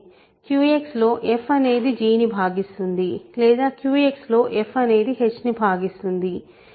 QX లో f అనేది g ను భాగిస్తుంది లేదా QX లో f అనేది h ను భాగిస్తుంది